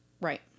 Right